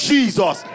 Jesus